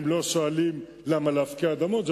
הם לא שואלים למה להפקיע אדמות.